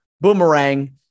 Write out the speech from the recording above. boomerang